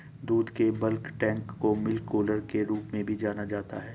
दूध के bulk tank को मिल्क कूलर के रूप में भी जाना जाता है